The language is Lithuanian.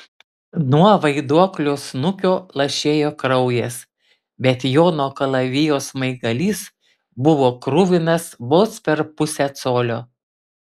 nuo vaiduoklio snukio lašėjo kraujas bet jono kalavijo smaigalys buvo kruvinas vos per pusę colio